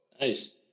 Nice